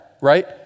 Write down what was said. right